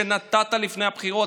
שנתת לפני הבחירות,